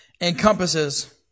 encompasses